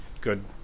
good